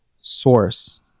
source